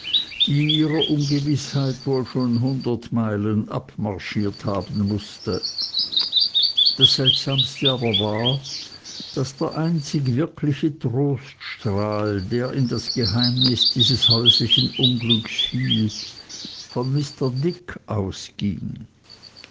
die in ihrer ungewißheit wohl schon hundert meilen abmarschiert haben mußte das seltsamste aber war daß der einzig wirkliche troststrahl der in das geheimnis dieses häuslichen unglücks fiel von mr dick ausging